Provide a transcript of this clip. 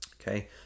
Okay